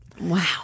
Wow